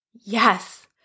Yes